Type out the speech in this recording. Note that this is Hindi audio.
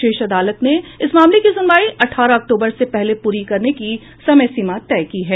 शीर्ष अदालत ने इस मामले की सुनवाई अठारह अक्टूबर से पहले पूरी करने की समय सीमा तय की है